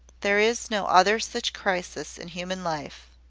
there is no other such crisis in human life.